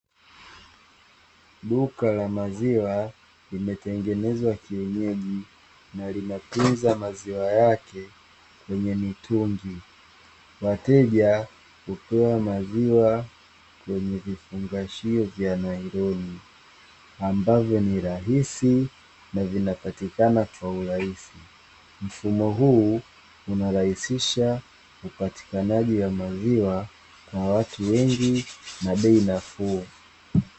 Duka la maziwa imetengenezwa kienyeji na linatunza maziwa yake kwenye mitungi wateja kutoa maziwa kwenye kujifungashio vya na mbazo ni rahisi na vinapatikana kwa urahisi umma huu unarahisisha upatikanaji wa maziwa na watu wengi na bei nafuu.